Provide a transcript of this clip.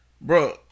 bro